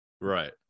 right